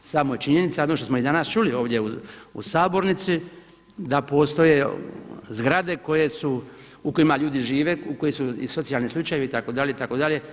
Samo je činjenica ono što smo i danas čuli ovdje u sabornici da postoje zgrade koje su, u kojima ljudi žive, koji su i socijalni slučajevi itd. itd.